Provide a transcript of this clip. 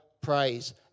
praise